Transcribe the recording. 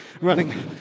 running